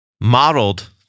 modeled